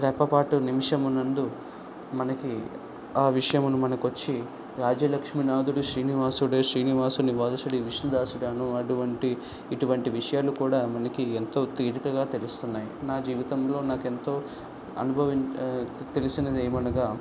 రెప్పపాటు నిమిషమునందు మనకి ఆ విషయమును మనకు వచ్చి రాజ్య లక్ష్మినాథుడు శ్రీనివాసుడే శ్రీనివాసుని వారసుడు ఈ విష్ణు దాసుడే అటువంటి ఇటువంటి విషయాలు కూడా మనకు ఎంతో తీరికగా తెలుస్తున్నాయి నా జీవితంలో నాకు ఎంతో అనుభవం తెలిసినది ఏమనగా